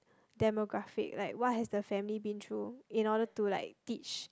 demographic right what have the family been through in order to like teach